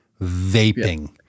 vaping